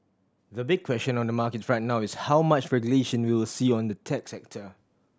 the big question on the market right now is how much regulation we will see on the tech sector